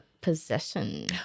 possession